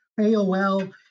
AOL